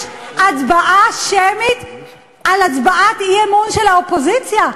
הצבעה שמית על הצבעת אי-אמון של האופוזיציה.